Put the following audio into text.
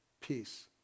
peace